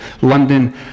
London